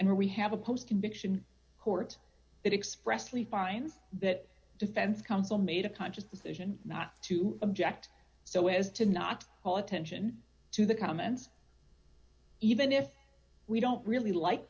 and we have a post conviction court that expressly finds that defense counsel made a conscious decision not to object so as to not call attention to the comments even if we don't really like